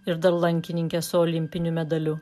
ir dar lankininkės olimpiniu medaliu